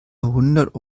hundert